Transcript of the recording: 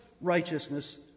righteousness